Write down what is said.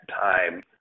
time